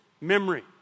memory